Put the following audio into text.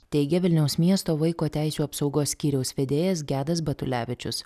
teigė vilniaus miesto vaiko teisių apsaugos skyriaus vedėjas gedas batulevičius